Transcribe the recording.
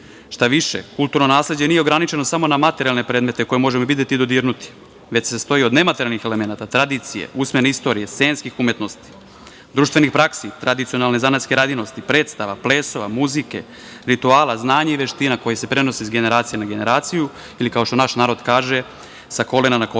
više, kulturno nasleđe nije ograničeno samo na materijalne predmete koje možemo videti i dodirnuti, već se sastoji od nematerijalnih elemenata, tradicije, usmene istorije, scenskih umetnosti, društvenih praksi, tradicionalne zanatske radinosti, predstava, plesova, muzike, rituala, znanje i veština koje se prenose sa generacije na generaciju, ili kao što naš narod kaže – sa koleno na koleno,